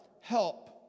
help